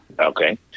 okay